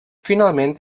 finalment